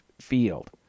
field